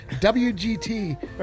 WGT